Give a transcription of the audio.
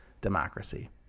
Democracy